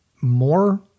more